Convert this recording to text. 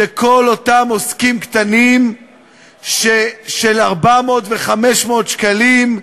זה כל אותם עוסקים קטנים של 400 ו-500 שקלים,